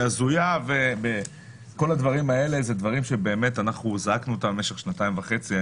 הזויה כל הדברים האלה אלה דברים שזעקנו במשך שנתיים וחצי.